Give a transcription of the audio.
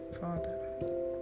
Father